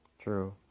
True